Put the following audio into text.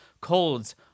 colds